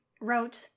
wrote